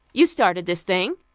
you started this thing,